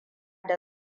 da